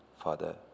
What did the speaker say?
Father